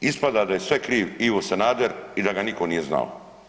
Ispada da je sve kriv Ivo Sanader i da ga niko nije znao.